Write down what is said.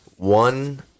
One